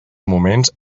moments